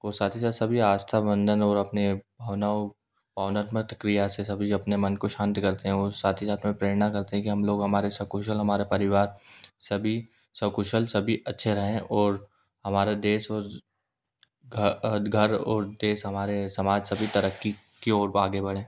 और साथ ही साथ सभी आस्था बंधन और अपने भावनाओं भावनात्मक क्रिया से सभी अपने मन को शांत करते हैं और साथ ही साथ में प्रेरणा करते हैं कि हम लोग हमारे सकुशल हमारा परिवार सभी सकुशल सभी अच्छे रहें और हमारा देश और घर और देश हमारे समाज सभी तरक़्की की ओर आगे बढ़ें